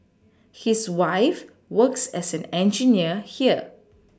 his wife works as an engineer here